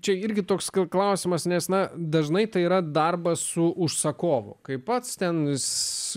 čia irgi toks klausimas nes na dažnai tai yra darbas su užsakovu kai pats ten jūs